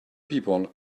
people